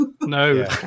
No